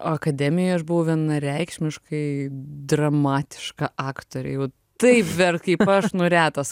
akademijoj aš buvau vienareikšmiškai dramatiška aktorė jau taip verkt kaip aš nu retas